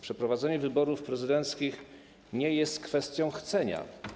Przeprowadzenie wyborów prezydenckich nie jest kwestią chcenia.